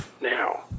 now